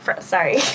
sorry